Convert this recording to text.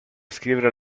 scrivere